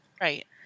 right